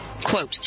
Quote